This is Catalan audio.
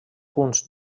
punts